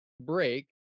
break